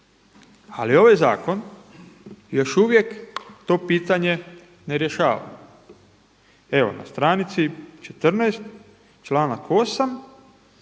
Ali ovaj zakon još uvijek to pitanje ne rješava. Evo na stranici 14. članak 8.